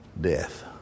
death